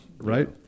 Right